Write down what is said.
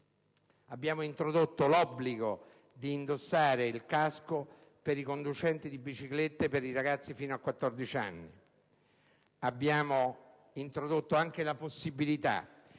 Abbiamo introdotto l'obbligo di indossare il casco per i conducenti di biciclette per i ragazzi fino a quattordici anni. Abbiamo anche introdotto la possibilità